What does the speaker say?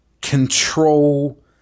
control